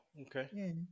okay